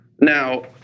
Now